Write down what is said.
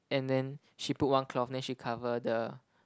and then she put one cloth then she cover the